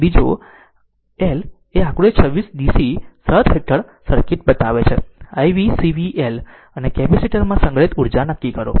હવે બીજો 1 એ છે કે આકૃતિ 26 DC શરત હેઠળ સરળ સર્કિટ બતાવે છે i v C v L અને કેપેસિટર માં સંગ્રહિત ઉર્જા નક્કી કરો